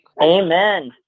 Amen